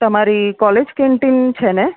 તમારી college canteen છે ને